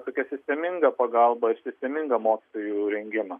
tokią sistemingą pagalbą ir sistemingą mokytojų rengimą